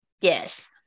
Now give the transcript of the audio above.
Yes